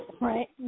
Right